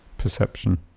perception